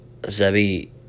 Zebi